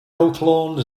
oaklawn